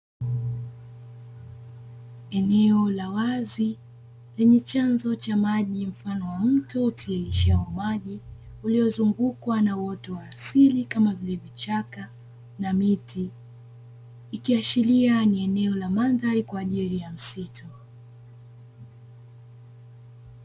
Eneo la wazi, lenye chanzo cha maji mfano mto hutililishao maji, uliozungukwa na uoto wa asili kama vile vichaka na miti, ikiashiria ni eneo la mandhari kwaajili ya msitu.